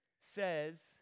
says